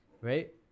right